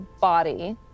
body